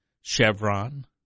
Chevron